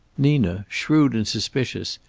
nina, shrewd and suspicious,